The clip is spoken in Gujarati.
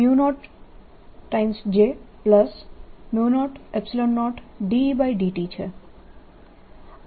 B નું કર્લ B0 J00Et છે